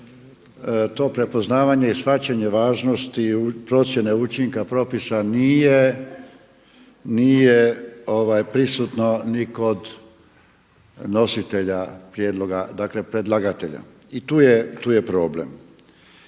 to prepoznavanje i shvaćanje važnosti procjene učinka propisa nije prisutno ni kod nositelja prijedloga, dakle predlagatelja. I tu je problem.